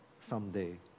someday